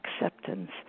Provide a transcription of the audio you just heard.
acceptance